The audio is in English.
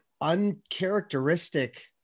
uncharacteristic